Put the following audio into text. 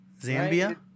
Zambia